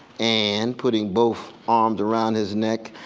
and putting both arms around his neck.